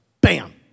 Bam